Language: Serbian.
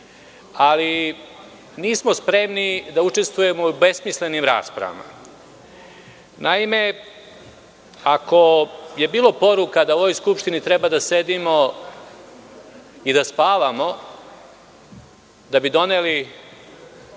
ali nismo spremni da učestvujemo u besmislenim raspravama. Naime, ako je bilo poruka da u ovoj Skupštini treba da sedimo i da spavamo, da bi doneli